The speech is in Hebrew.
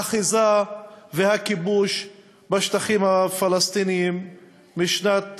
האחיזה והכיבוש בשטחים הפלסטיניים משנת